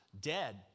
dead